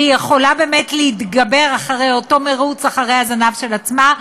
והיא יכולה באמת להתגבר במירוץ אחרי הזנב של עצמה,